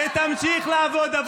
ותמשיך לעבוד בעבור הציבור.